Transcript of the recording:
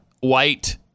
white